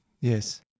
Yes